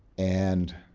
and